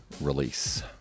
release